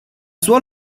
sua